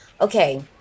okay